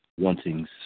Wantings